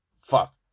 Fuck